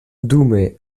dume